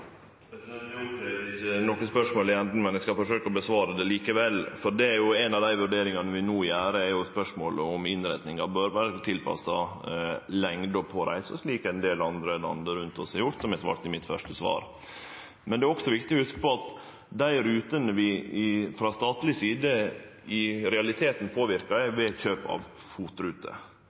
noko spørsmål i enden, men eg skal prøve å svare på det likevel. Ei av vurderingane vi no gjer, er om innretninga bør vere tilpassa lengda på reisa, slik ein del andre land rundt oss har gjort, som eg sa i mitt første svar. Men det er også viktig å hugse på at dei rutene vi frå statleg side i realiteten påverkar, er ved kjøp av